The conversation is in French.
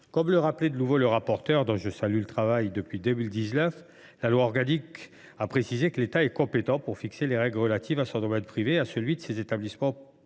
Comme l’a rappelé M. le rapporteur, dont je salue le travail, la loi organique de 2019 a précisé que l’État était compétent pour fixer les règles relatives à son domaine privé et à celui de ses établissements